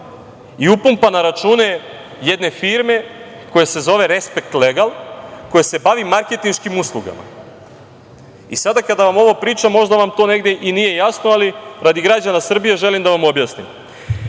i upumpa na račune jedne firme koja se zove „Respekt legal“, koja se bavi marketingškim uslugama. Sada kada vam ovo pričam, možda vam to negde i nije jasno, ali radi građana Srbije želim da vam objasnim. Imate